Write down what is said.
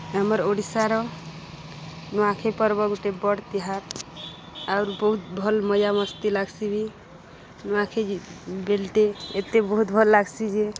ଆମର୍ ଓଡ଼ିଶାର ନୂଆଖାଇ ପର୍ବ ଗୁଟେ ବଡ଼୍ ତିହାର୍ ଆଉର୍ ବହୁତ୍ ଭଲ୍ ମଜା ମସ୍ତି ଲାଗ୍ସି ବି ନୂଆଖାଇ ବେଲ୍ଟେ ଏତେ ବହୁତ୍ ଭଲ୍ ଲାଗ୍ସି ଯେ